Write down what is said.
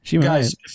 guys